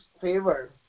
favor